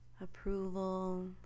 approval